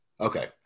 Okay